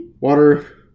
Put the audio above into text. water